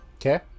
okay